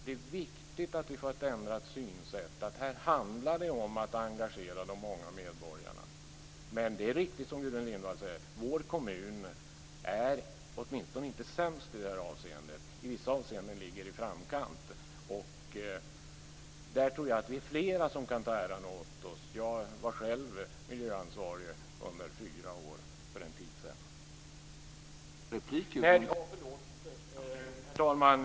Det är viktigt att vi får ett ändrat synsätt, att det här handlar om att engagera de många medborgarna. Men det är riktigt, som Gudrun Lindvall säger, att min hemkommun åtminstone inte är sämst i det här avseendet. I vissa avseenden ligger vi där i framkant. Jag tror att vi är flera som kan ta åt oss äran för det. Jag var själv miljöansvarig under fyra år för en tid sedan. Herr talman!